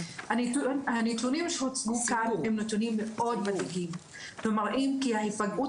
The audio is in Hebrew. הנתונים שהוצגו כאן הם נתונים מאוד מדאיגים ומראים שההיפגעות